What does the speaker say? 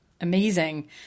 amazing